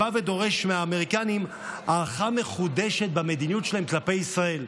בא ודורש מהאמריקנים הערכה מחודשת במדיניות שלהם כלפי ישראל,